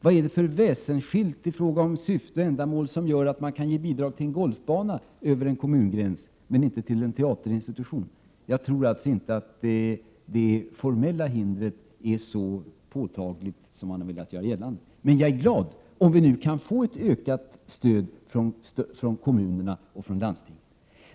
Vad är det för väsensskilt i fråga om syfte och ändamål som gör att man kan ge bidrag till en golfbana över en kommungräns men inte till en teaterinstitution? Jag tror alltså att det formella hindret inte är så påtagligt som man har velat göra gällande. Men jag är glad om vi nu kan få ett ökat stöd från kommunerna och landstingen.